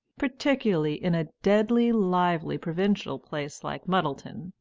particularly in a deadly-lively provincial place like muddleton,